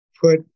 put